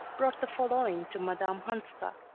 brought the following to madame hanska